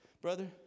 brother